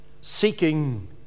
seeking